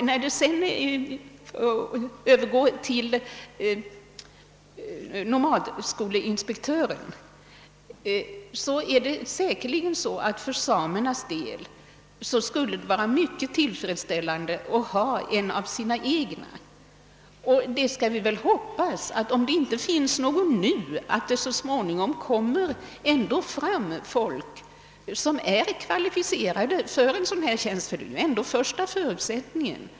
Beträffande nomadskolinspektören skulle det säkerligen för samerna vara mycket tillfredsställande att ha en av sina egna. Vi skall väl hoppas att det så småningom kommer kvalificerade sökande till en dylik tjänst, även om det inte finns någon nu — det är ju den första förutsättningen.